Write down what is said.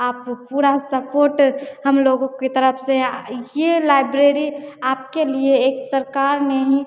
आप पूरा सपोर्ट हमलोगों की तरफ़ से यह लाइब्रेरी आपके लिए एक सरकार में ही